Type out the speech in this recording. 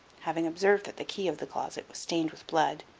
having observed that the key of the closet was stained with blood,